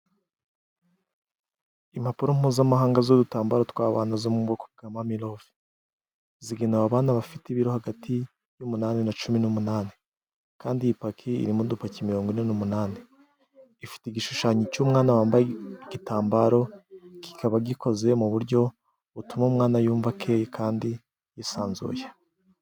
Impapuro mpuzamahanga z'udutambaro tw'abana zo mu bwoko bwa mamirove. Zigenewe abana bafite ibiro hagati y'umunani na cumi numunani. Kandi iyi paki irimo udupaki mirongo ine n'umunani. Ifite igishushanyo cy'umwana wambaye igitambaro, kikaba gikoze mu buryo butuma umwana yumva akeya kandi yisanzuye.